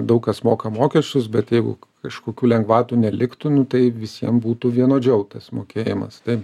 daug kas moka mokesčius bet jeigu kažkokių lengvatų neliktų nu tai visiem būtų vienodžiau tas mokėjimas tai